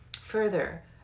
Further